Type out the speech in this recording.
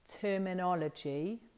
terminology